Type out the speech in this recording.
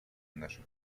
наших